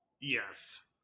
Yes